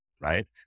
right